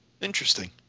Interesting